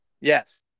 Yes